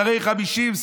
שרי חמישים,